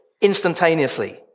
instantaneously